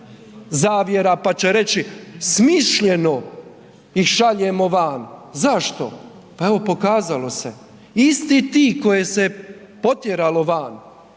pa će reći smišljeno ih šaljemo van. Zašto? Pa evo pokazalo se. Isti ti koje se potjeralo van